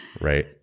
right